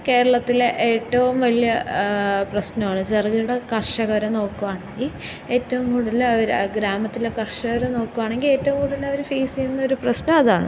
കേരളത്തിലെ ഏറ്റവും വലിയ പ്രശ്നവാണ് ചെറുകിട കർഷകരെ നോക്കുവാണെങ്കിൽ ഏറ്റവും കൂടുതലവര് ഗ്രാമത്തിലെ കർഷകരെ നോക്കുവാണെങ്കിൽ ഏറ്റവും കൂടുതലവര് ഫേസ് ചെയ്യുന്ന ഒരു പ്രശ്നം അതാണ്